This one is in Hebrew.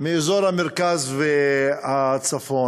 ערבים מאזור המרכז והצפון